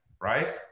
right